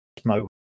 smoke